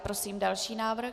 Prosím další návrh.